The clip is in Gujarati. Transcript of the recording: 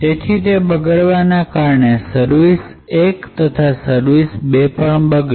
તેથી તે બગડવાના કારણે સર્વિસ વન તથા સર્વિસ ૨ પણ બગડી